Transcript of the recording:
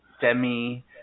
Demi